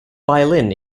violin